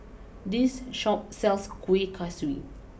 this Shop sells Kueh Kaswi